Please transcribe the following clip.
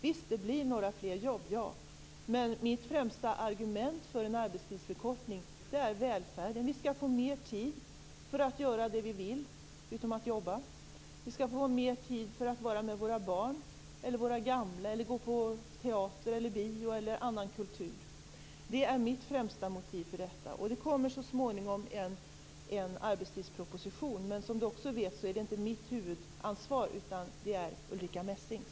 Visst blir det några fler jobb, men mitt främsta argument för en arbetstidsförkortning är välfärden. Vi skall få mer tid för att göra det vi vill, utom att jobba. Vi skall få mer tid att vara med våra barn eller våra gamla, gå på teater, bio eller annan kultur. Det är mitt främsta motiv för detta. Det kommer så småningom en arbetstidsproposition. Men som Barbro Johansson också vet är det inte mitt huvudansvar, utan det är Ulrica Messings.